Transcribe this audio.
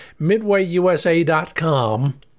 MidwayUSA.com